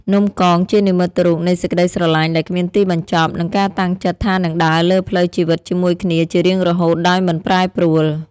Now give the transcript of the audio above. នំកង ជានិមិត្តរូបនៃសេចក្ដីស្រឡាញ់ដែលគ្មានទីបញ្ចប់ និងការតាំងចិត្តថានឹងដើរលើផ្លូវជីវិតជាមួយគ្នាជារៀងរហូតដោយមិនប្រែប្រួល។